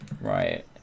Right